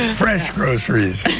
ah fresh groceries.